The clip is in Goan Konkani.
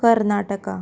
कर्नाटका